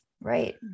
Right